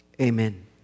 amen